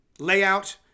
Layout